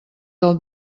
del